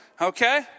Okay